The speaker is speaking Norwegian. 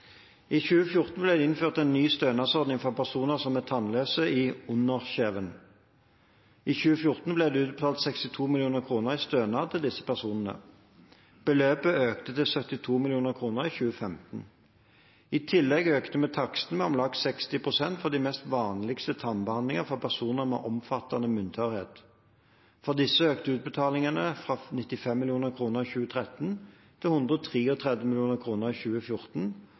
I 2014 ble det innført en ny stønadsordning for personer som er tannløse i underkjeven. I 2014 ble det utbetalt 62 mill. kr i stønad til disse personene. Beløpet økte til 72 mill. kr i 2015. I tillegg økte vi takstene med om lag 60 pst. for de mest vanlige tannbehandlingene for personer med omfattende munntørrhet. For disse økte utbetalingene fra 95 mill. kr i 2013 til 133 mill. kr i 2014 og 154 mill. kr i